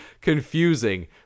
confusing